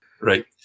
Right